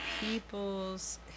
people's